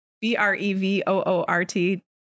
B-R-E-V-O-O-R-T